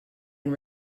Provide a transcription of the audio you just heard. and